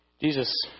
Jesus